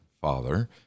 father